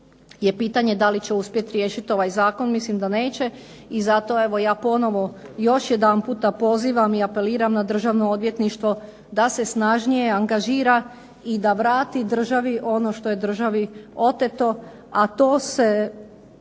je pitanje da li će uspjeti riješiti ovaj zakon, mislim da neće, i zato evo ja ponovno još jedanputa pozivam i apeliram na Državno odvjetništvo da se snažnije angažira i da vrati državi ono što je državi oteto, a to se